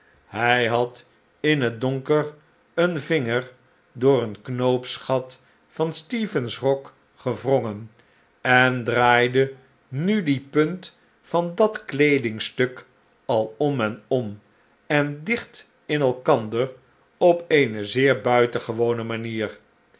hij had in het donker een vinger door een knoopsgat van stephen's rok gewrongen en draaide nu die punt van dat kleedingstuk al om en om en dicht in elkander op eene zeer buitengewone manier